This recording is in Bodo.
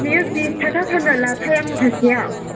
बियो बिस थाखा फानो लाफाया मुथासेयाव